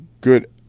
good